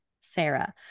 Sarah